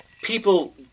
People